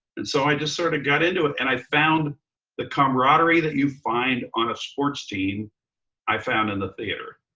and so i just sort of got into it. and i found the comradery that you find on a sports team i found in the theater.